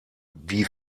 die